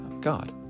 God